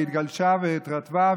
והיא התגלשה ונרטבה,